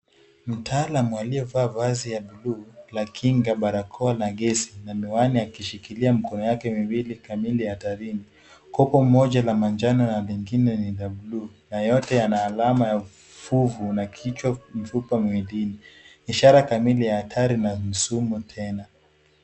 Mtaalam aliyevaa vazi ya buluu la kinga, barakoa na gesi na miwani, akishikilia mikono yake miwili kamili hatarini. Kopo moja la manjano na lingine ni la buluu na yote yana alama ya fuvu na kichwa mfupa mwilini. Ishara kamili ya hatari na ni sumu tena.